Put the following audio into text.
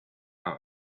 out